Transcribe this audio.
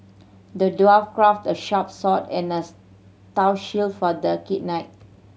the dwarf crafted a sharp sword and a tough shield for the knight